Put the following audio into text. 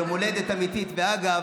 יום הולדת אמיתי, ואגב,